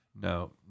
No